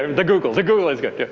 the google. the google is good. yeah